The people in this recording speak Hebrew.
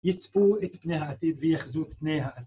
יצפו את פני העתיד, ויחזו את פני.